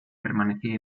permanecía